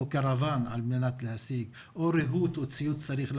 קרוואן על מנת להשיג אותו או ריהוט או ציוד שצריך להחליף,